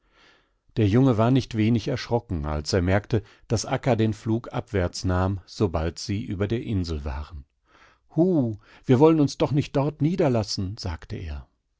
der junge war nicht wenig erschrocken als er merkte daß akka den flug abwärts nahm sobald sie über der insel waren huh wir wollen uns doch nichtdortniederlassen sagteer